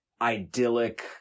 idyllic